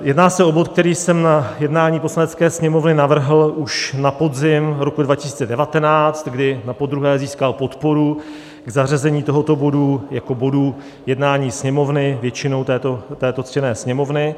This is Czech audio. Jedná se o bod, který jsem na jednání Poslanecké sněmovny navrhl už na podzim roku 2019, kdy napodruhé získal podporu k zařazení tohoto bodu jako bodu jednání Sněmovny většinou této ctěné Sněmovny.